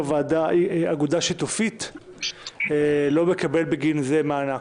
אגודה שיתופית לא מקבל בגין זה מענק.